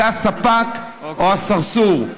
זה הספק או הסרסור.